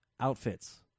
Outfits